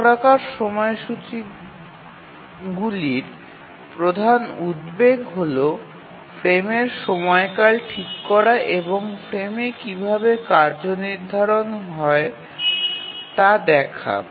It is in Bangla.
চক্রাকার সময়সূচীগুলির প্রধান উদ্বেগ হল ফ্রেমের সময়কাল ঠিক করা এবং ফ্রেমে কীভাবে কার্য নির্ধারণ করা যায় তা দেখা